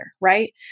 right